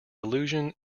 allusion